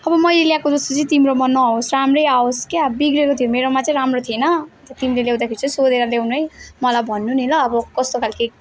अब मैले ल्याएको जस्तो चाहिँ तिम्रोमा नआओस् राम्रै आओस् क्या बिग्रेको थियो मेरोमा चाहिँ राम्रो थिएन तिमीले ल्याउँदाखेरि चाहिँ सोधेर ल्याउनु है मलाई भन्नु नि ल अब कस्तो खालके